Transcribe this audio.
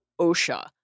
OSHA